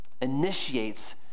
initiates